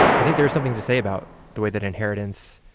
i think there's something to say about the way that inheritance.